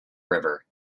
river